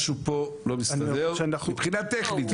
משהו פה לא מסתדר מבחינה טכנית.